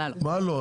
מה לא?